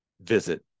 visit